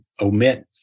omit